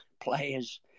players